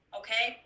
okay